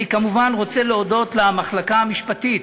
אני כמובן רוצה להודות למחלקה המשפטית,